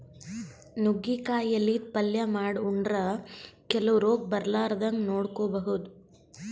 ನುಗ್ಗಿಕಾಯಿ ಎಲಿದ್ ಪಲ್ಯ ಮಾಡ್ ಉಂಡ್ರ ಕೆಲವ್ ರೋಗ್ ಬರಲಾರದಂಗ್ ನೋಡ್ಕೊಬಹುದ್